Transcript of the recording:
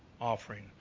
offering